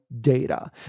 data